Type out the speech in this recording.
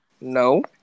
No